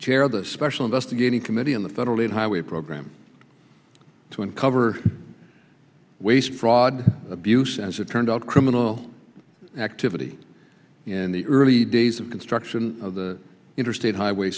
a special investigating committee in the federally highway program to uncover waste fraud abuse as it turned out criminal activity in the early days of construction of the interstate highway